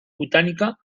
botànica